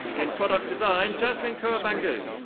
in product design, jaslin kaur bhangoo.